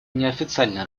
неофициальной